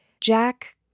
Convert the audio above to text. Jack